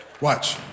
Watch